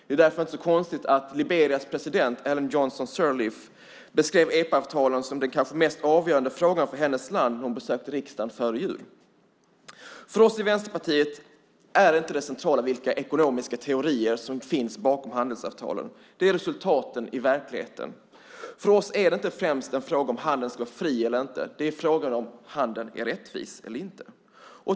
Det är därför inte så konstigt att Liberias president Ellen Johnson-Sirleaf beskrev EPA-avtalen som den kanske mest avgörande frågan för hennes land när hon besökte riksdagen före jul. För oss i Vänsterpartiet är det centrala inte vilka ekonomiska teorier som finns bakom handelsavtalen. Det centrala är resultaten i verkligheten. För oss är det inte främst en fråga om handeln ska vara fri eller inte, utan om den är rättvis eller inte.